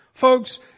Folks